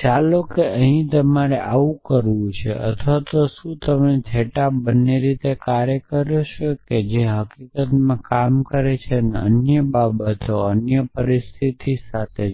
ચાલો ચાલો કે તમે અહીં આવું કરો છો અથવા શું તમે આ થિટા બંને રીતે કરો છો તે હકીકતમાં કામ કરે છે અન્ય બાબતોની અન્ય પરિસ્થિતિ